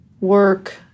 work